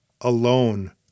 alone